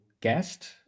guest